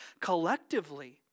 Collectively